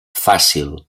fàcil